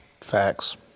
Facts